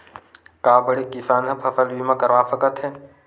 का बड़े किसान ह फसल बीमा करवा सकथे?